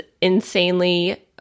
insanely